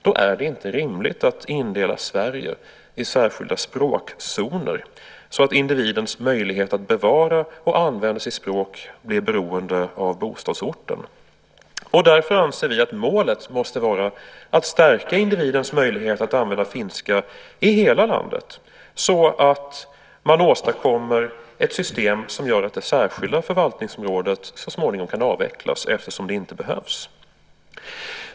Då är det inte rimligt att indela Sverige i särskilda språkzoner så att individens möjlighet att bevara och använda sitt språk blir beroende av bostadsorten. Därför anser vi att målet måste vara att stärka individens möjlighet att använda finska i hela landet. Man bör åstadkomma ett system som gör att det särskilda förvaltningsområdet så småningom kan avvecklas eftersom det inte behövs.